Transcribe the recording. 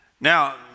Now